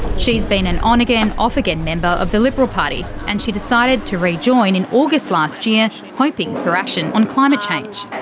she's been an on-again, off-again member of the liberal party and she decided to rejoin in august last year hoping for action on climate change.